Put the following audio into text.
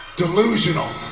delusional